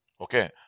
Okay